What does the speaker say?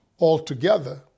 altogether